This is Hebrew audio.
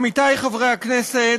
עמיתי חברי הכנסת,